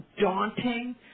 daunting